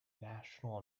national